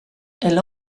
elle